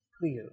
clear